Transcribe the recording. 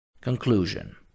Conclusion